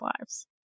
lives